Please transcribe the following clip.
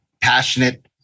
passionate